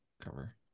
cover